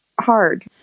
hard